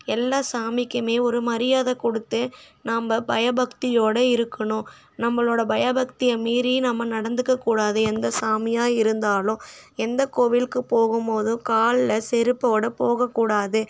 எல்லா சாமிக்கும் ஒரு மரியாதை கொடுத்து நாம் பயபக்தியோடு இருக்கணும் நம்மளோட பயபக்தியை மீறி நம்ம நடந்துக்க கூடாது எந்த சாமியாக இருந்தாலும் எந்த கோவிலுக்கு போகும் போது காலில் செருப்போடு போக கூடாது